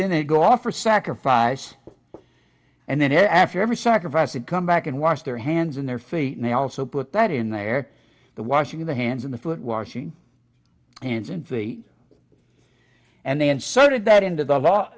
then they'd go off for sacrifice and then after every sacrifice and come back and wash their hands in their feet and they also put that in there the washing their hands in the foot washing hands and feet and they inserted that into the law